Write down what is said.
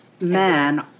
men